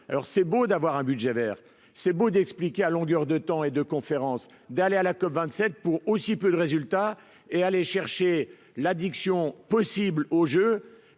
alors c'est beau d'avoir un budget vers c'est beau d'expliquer à longueur de temps et de conférences, d'aller à la COP27 pour aussi peu de résultats et aller chercher l'addiction possible au jeu